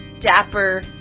dapper